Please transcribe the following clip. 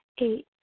Eight